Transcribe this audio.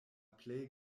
plej